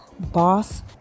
Boss